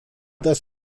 das